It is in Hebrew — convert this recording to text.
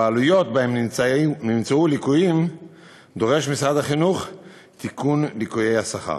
מבעלויות שנמצאו בהן ליקויים דורש משרד החינוך תיקון ליקויי השכר.